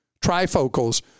trifocals